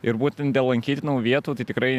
ir būtent dėl lankytinų vietų tai tikrai